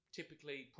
typically